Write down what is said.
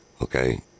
okay